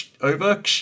Over